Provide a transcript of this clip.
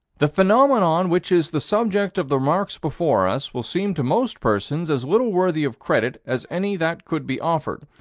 the phenomenon which is the subject of the remarks before us will seem to most persons as little worthy of credit as any that could be offered.